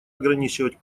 ограничивать